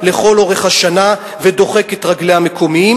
לאורך כל השנה ודוחק את רגלי המקומיים,